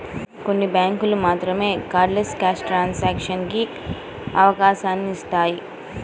కొన్ని బ్యేంకులు మాత్రమే కార్డ్లెస్ క్యాష్ ట్రాన్సాక్షన్స్ కి అవకాశాన్ని ఇత్తన్నాయి